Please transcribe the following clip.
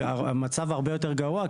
המצב הרבה יותר גרוע,